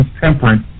temperance